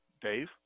Dave